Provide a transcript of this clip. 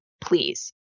please